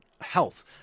health